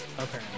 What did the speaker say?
Okay